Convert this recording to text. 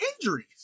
injuries